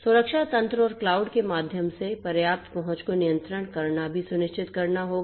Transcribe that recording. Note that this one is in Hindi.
सुरक्षा तंत्र और क्लाउड के माध्यम से पर्याप्त पहुँच को नियंत्रण करना भी सुनिश्चित करना होगा